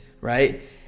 right